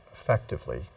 effectively